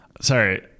sorry